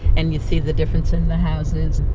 and you'd see the difference in the houses